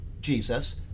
Jesus